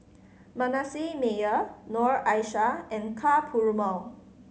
Manasseh Meyer Noor Aishah and Ka Perumal